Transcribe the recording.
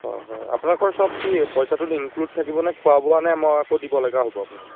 অঁ হয় আপোনালোকৰ চব কি পইচাটোত ইনক্লুড থাকিবনে খোৱা বোৱা নে মই আকৌ দিব লগা হ'ব আপোনাক